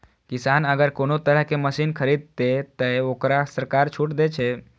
किसान अगर कोनो तरह के मशीन खरीद ते तय वोकरा सरकार छूट दे छे?